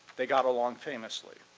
they got along famously,